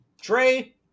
Trey